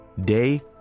day